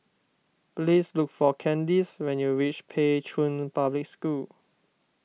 please look for Candyce when you reach Pei Chun Public School